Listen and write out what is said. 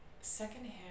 second-hand